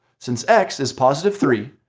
since x is positive three,